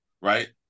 right